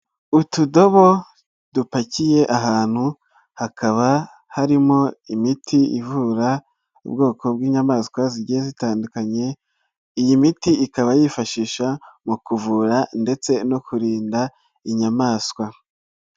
Utudobo dupakiye ahantu hakaba harimo imiti ivura ubwoko bw'inyamaswa zigiye zitandukanye, iyi miti ikaba yifashisha mu kuvura ndetse no kurinda inyamaswa.